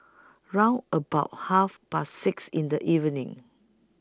round about Half Past six in The evening